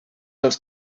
els